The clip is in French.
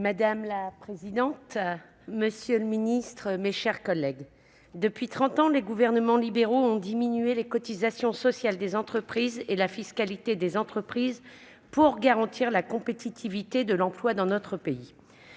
Madame la présidente, monsieur le ministre, mes chers collègues, depuis trente ans, les gouvernements libéraux ont réduit les cotisations sociales et la fiscalité des entreprises pour garantir la compétitivité de l'emploi dans notre pays.